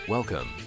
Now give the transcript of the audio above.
Welcome